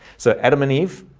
so adam and eve,